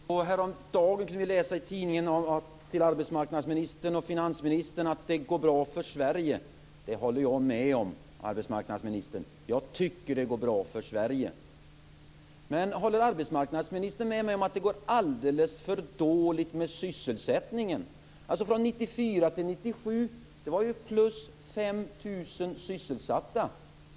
Fru talman! Häromdagen kunde vi läsa i tidningen att det går bra för Sverige. Det håller jag med om, arbetsmarknadsministern. Jag tycker att det går bra för Sverige. Men håller arbetsmarknadsministern med mig om att det går alldeles för dåligt med sysselsättningen? 5 000.